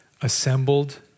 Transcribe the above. Assembled